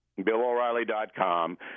BillOReilly.com